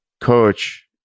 coach